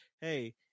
hey